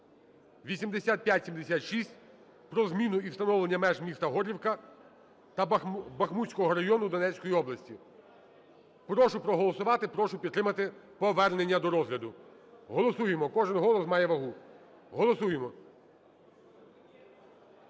(8576) про зміну і встановлення меж міста Горлівки та Бахмутського району Донецької області. Прошу проголосувати, прошу підтримати повернення до розгляду. Голосуємо, кожен голос має вагу. Голосуємо,